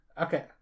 Okay